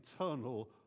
eternal